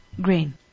Grain